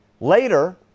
Later